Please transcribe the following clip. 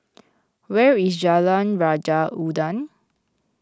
where is Jalan Raja Udang